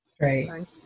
Right